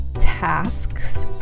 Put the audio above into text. tasks